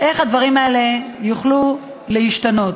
איך הדברים האלה יוכלו להשתנות.